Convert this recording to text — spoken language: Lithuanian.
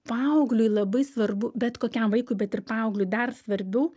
paaugliui labai svarbu bet kokiam vaikui bet ir paaugliui dar svarbiau